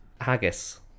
Haggis